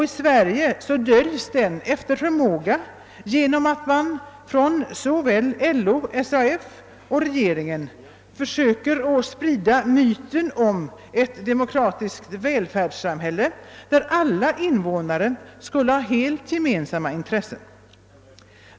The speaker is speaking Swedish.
I Sverige döljs den efter förmåga genom att såväl LO som SAF och regeringen söker sprida myten om ett demokratiskt välfärdssamhälle, vars alla invånare skulle ha helt gemensamma intressen.